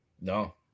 No